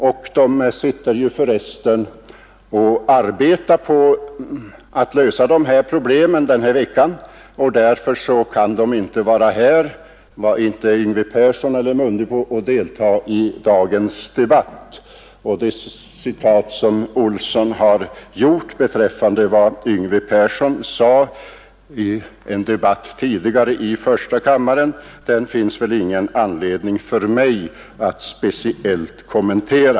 Man arbetar för övrigt just den här veckan med att försöka lösa hithörande problem och därför har varken herr Yngve Persson eller herr Mundebo kunnat delta i dagens debatt. Det citat som herr Olsson i Stockholm gjorde av vad Yngve Persson sagt i en tidigare debatt i första kammaren finns det därför ingen anledning för mig att speciellt kommentera.